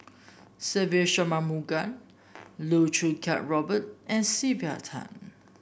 Se Ve Shanmugam Loh Choo Kiat Robert and Sylvia Tan